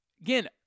Again